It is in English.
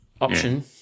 option